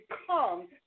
become